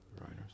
writers